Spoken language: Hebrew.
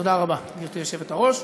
תודה רבה, גברתי היושבת-ראש.